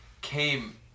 came